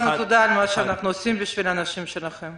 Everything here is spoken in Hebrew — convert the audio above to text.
תודה על מה שאנחנו עושים בשביל האנשים שלכם.